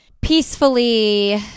peacefully